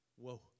whoa